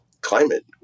climate